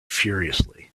furiously